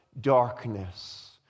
darkness